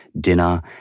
dinner